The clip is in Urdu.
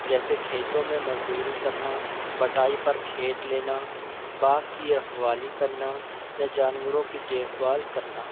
جیسے کھیتوں میں مزدوری کرنا بٹائی پر کھیت لینا باغ کی رکھوالی کرنا یا جانوروں کی دیکھ بھال کرنا